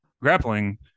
grappling